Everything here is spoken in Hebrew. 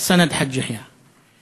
המשטרה, סנד חאג' יחיא.